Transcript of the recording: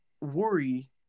worry